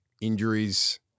injuries